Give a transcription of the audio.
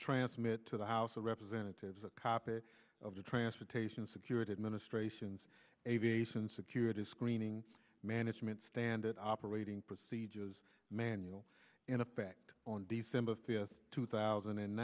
transmit to the house of representatives a copy of the transportation security administration's aviation security screening management standard operating procedures manual in effect on december thirtieth two thousand and